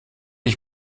ich